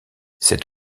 cet